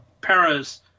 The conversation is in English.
Paris